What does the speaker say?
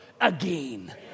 again